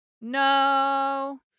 No